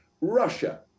Russia